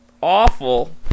awful